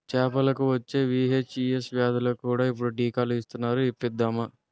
చేపలకు వచ్చే వీ.హెచ్.ఈ.ఎస్ వ్యాధులకు కూడా ఇప్పుడు టీకాలు ఇస్తునారు ఇప్పిద్దామా